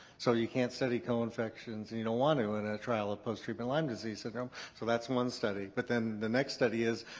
so you can't study co-infections you don't you know want to in a trial of post-treatment lyme disease syndrome. so that's one study, but then the next study is,